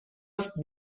است